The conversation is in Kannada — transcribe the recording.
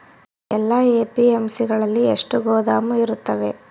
ಎಲ್ಲಾ ಎ.ಪಿ.ಎಮ್.ಸಿ ಗಳಲ್ಲಿ ಎಷ್ಟು ಗೋದಾಮು ಇರುತ್ತವೆ?